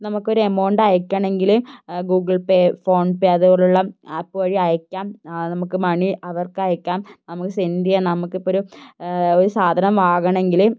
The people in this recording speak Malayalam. നമുക്കൊരു എമൌണ്ട് അയക്കണമെങ്കിൽ ഗൂഗിൾ പേ ഫോൺപേ അതുപോലുള്ള ആപ്പ് വഴി അയക്കാം നമുക്ക് മണി അവർക്ക് അയക്കാം നമുക്ക് സെൻ്റ് ചെയ്യാം നമുക്കിപ്പോഴൊരു ഒരു സാധനം വാങ്ങണമെങ്കിൽ